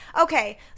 okay